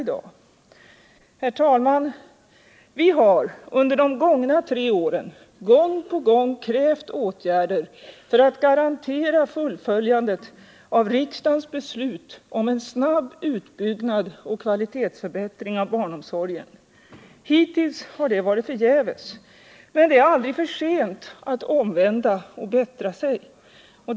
Herr talman, vi har under de gångna tre åren gång på gång krävt åtgärder för att garantera fullföljandet av riksdagens beslut om en snabb utbyggnad av och kvalitetsförbättring i barnomsorgen. Hittills har det varit förgäves. Men det är aldrig för sent att omvända och bättra sig.